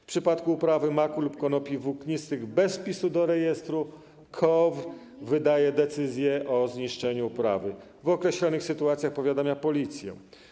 W przypadku uprawy maku lub konopi włóknistych bez wpisu do rejestru KOWR wydaje decyzję o zniszczeniu uprawy, w określonych sytuacjach powiadamia policję.